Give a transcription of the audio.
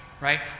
right